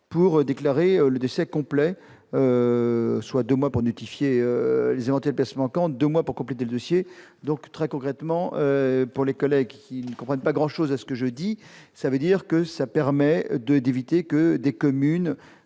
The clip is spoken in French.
pour déclarer le dossier complet- deux mois pour notifier les éventuelles pièces manquantes et deux mois pour compléter le dossier. Ainsi, très concrètement, pour nos collègues qui ne comprendraient pas grand-chose à ce que je dis, cela veut dire que l'amendement permet d'éviter que des communes